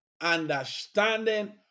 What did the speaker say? understanding